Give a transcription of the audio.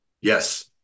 Yes